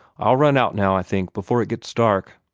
i'll run out now, i think, before it gets dark.